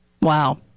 Wow